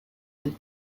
and